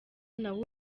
nawe